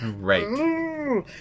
Right